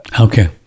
okay